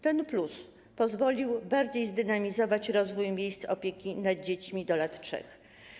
Ten „+” pozwolił bardziej zdynamizować rozwój miejsc opieki nad dziećmi do lat 3.